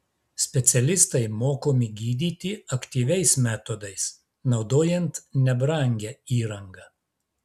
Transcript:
specialistai mokomi gydyti aktyviais metodais naudojant nebrangią įrangą